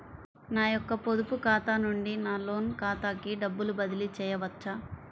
నా యొక్క పొదుపు ఖాతా నుండి నా లోన్ ఖాతాకి డబ్బులు బదిలీ చేయవచ్చా?